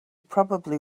probably